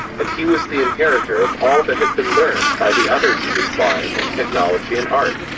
and he was the inheritor of all that had been learned by the others of his line in technology and art.